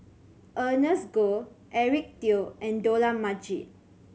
Ernest Goh Eric Teo and Dollah Majid